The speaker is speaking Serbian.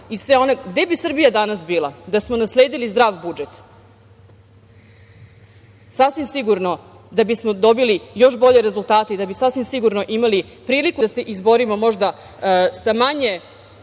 bi Srbija danas bila da smo nasledili zdrav budžet? Sasvim sigurno da bismo dobili još bolje rezultate i da bi sasvim sigurno imali priliku da se izborimo možda sa manje